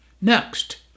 Next